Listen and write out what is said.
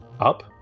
up